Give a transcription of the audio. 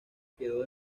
quedó